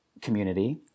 community